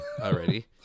already